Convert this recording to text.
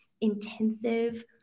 intensive